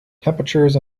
temperatures